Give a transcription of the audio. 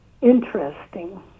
Interesting